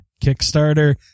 Kickstarter